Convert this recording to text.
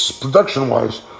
production-wise